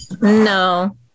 no